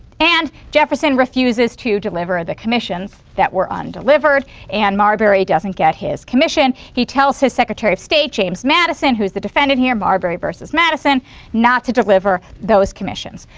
and jefferson refuses to deliver the commissions that were undelivered and marbury doesn't get his commission. he tells his secretary of state, james madison, who is the defendant here marbury vs. madison not to deliver those commissions.